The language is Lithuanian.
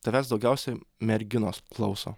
tavęs daugiausia merginos klauso